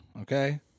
okay